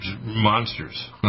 monsters